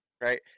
right